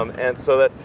um and so that,